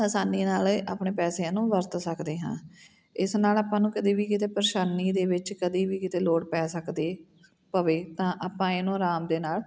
ਅਸਾਨੀ ਨਾਲ ਆਪਣੇ ਪੈਸਿਆਂ ਨੂੰ ਵਰਤ ਸਕਦੇ ਹਾਂ ਇਸ ਨਾਲ ਆਪਾਂ ਨੂੰ ਕਦੇ ਵੀ ਕਿਤੇ ਪਰੇਸ਼ਾਨੀ ਦੇ ਵਿੱਚ ਕਦੇ ਵੀ ਕਿਤੇ ਲੋੜ ਪੈ ਸਕਦੀ ਪਵੇ ਤਾਂ ਆਪਾਂ ਇਹਨੂੰ ਆਰਾਮ ਦੇ ਨਾਲ